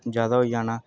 ज्यादा होई जाना